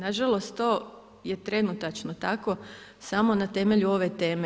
Nažalost, to je trenutačno tako samo na temelju ove teme.